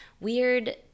weird